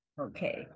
okay